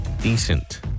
decent